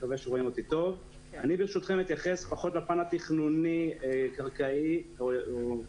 ברשותכם אני אתייחס פחות לפן התכנוני קרקעי אלא